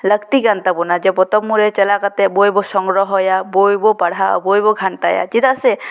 ᱞᱟᱠᱛᱤ ᱠᱟᱱ ᱛᱟᱵᱚᱱᱟ ᱡᱮ ᱯᱚᱛᱚᱵ ᱢᱩᱨᱟᱹᱭ ᱪᱟᱞᱟᱣ ᱠᱟᱛᱮᱫ ᱵᱳᱭ ᱵᱚ ᱥᱚᱝᱜᱨᱚᱦᱚᱭᱟ ᱵᱳᱭ ᱵᱚ ᱯᱟᱲᱦᱟᱣᱟ ᱵᱳᱭ ᱵᱚ ᱜᱷᱟᱱᱴᱟᱭᱟ ᱪᱮᱫᱟᱜ ᱥᱮ